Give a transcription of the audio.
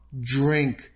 drink